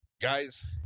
guys